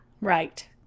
right